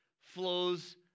flows